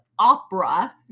Opera